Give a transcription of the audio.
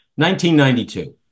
1992